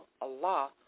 Allah